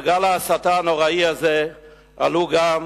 על גל ההסתה הנוראי הזה עלו גם